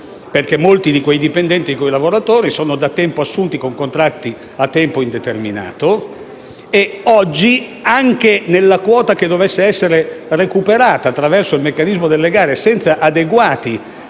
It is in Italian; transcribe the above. Molti di quei dipendenti e lavoratori, infatti, sono da tempo assunti con contratti a tempo indeterminato e oggi, anche nella quota che potrebbe essere recuperata attraverso il meccanismo delle gare, senza adeguati